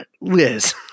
Liz